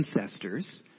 ancestors